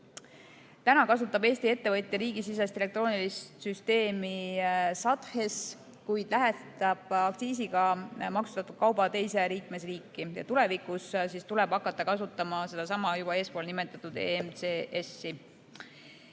kasutab Eesti ettevõtja riigisisest elektroonilist süsteemi SADHES, kui lähetab aktsiisiga maksustatud kauba teise liikmesriiki. Tulevikus tuleb hakata kasutama sedasama juba eespool nimetatud EMCS‑i.